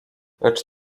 lecz